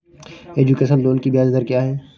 Education loan की ब्याज दर क्या है?